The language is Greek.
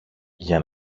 για